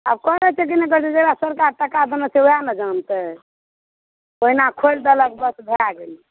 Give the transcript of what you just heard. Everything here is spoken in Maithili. आब करैत छै कि नहि करैत छै जकरा सरकार टका देने छै ओएह जनतै ओहिना खोलि देलक बस भए गेल